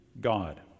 God